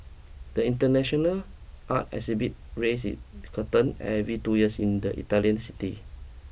the international art exhibit raise it curtain every two years in the Italian city